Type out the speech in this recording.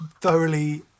thoroughly